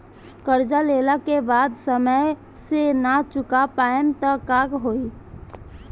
कर्जा लेला के बाद समय से ना चुका पाएम त का होई?